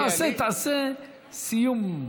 אז תעשה סיום.